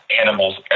animals